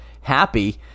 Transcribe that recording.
happy